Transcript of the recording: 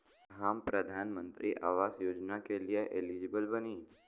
हम प्रधानमंत्री आवास योजना के लिए एलिजिबल बनी?